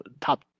top